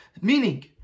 meaning